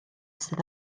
sydd